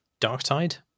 Darktide